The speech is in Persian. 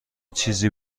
چیزی